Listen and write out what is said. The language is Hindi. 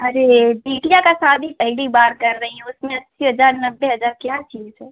अरे बिटिया का शादी पहली बार कर रही हैं उसमें अस्सी हज़ार नब्बे हज़ार क्या चीज़ है